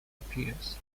appears